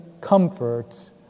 comfort